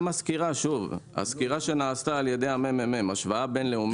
גם בסקירה שנעשתה על ידי הממ"מ להשוואה בין-לאומית,